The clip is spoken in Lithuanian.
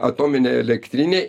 atominė elektrinė